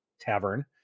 tavern